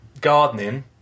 gardening